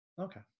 Okay